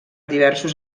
diversos